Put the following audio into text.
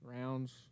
rounds